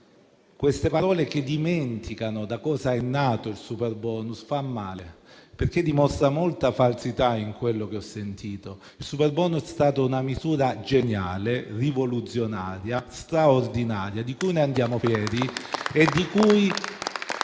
certe parole che dimenticano da cosa è nato il superbonus fa male. C'è molta falsità in quello che ho sentito. Il superbonus è stata una misura geniale, rivoluzionaria e straordinaria, di cui andiamo fieri.